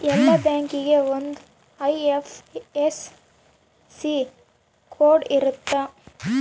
ಎಲ್ಲಾ ಬ್ಯಾಂಕಿಗೆ ಒಂದ್ ಐ.ಎಫ್.ಎಸ್.ಸಿ ಕೋಡ್ ಇರುತ್ತ